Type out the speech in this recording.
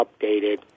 updated